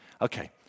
Okay